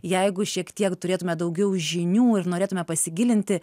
jeigu šiek tiek turėtume daugiau žinių ir norėtume pasigilinti